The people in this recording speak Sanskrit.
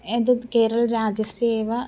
एतद् केरलराज्यस्य एव